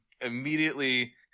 immediately